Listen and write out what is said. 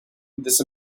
this